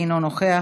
אינו נוכח,